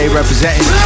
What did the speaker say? representing